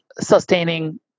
sustaining